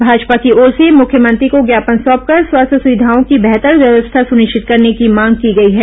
भाजपा की ओर से मुख्यमंत्री को ज्ञापन सौंपकर स्वास्थ्य सुविधाओं की बेहतर व्यवस्था सुनिश्चित करने की मांग की गई है